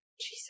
jesus